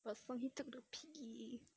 but to pee